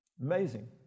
amazing